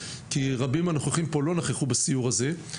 כי רבים מהנוכחים לא נכחו בסיור הזה.